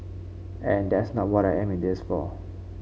and that's not what I am in this for